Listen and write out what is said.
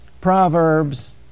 proverbs